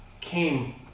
came